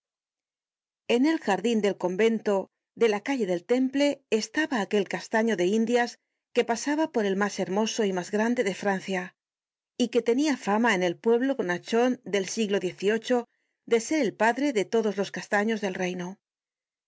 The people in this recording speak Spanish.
en el jardin del convento de la calle del temple estaba aquel castaño de indias que pasaba por el mas hermoso y mas grande de francia y que tenia fama en el pueblo bonachon del siglo xviii de ser el padre de todos hs castaños del reino